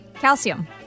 Calcium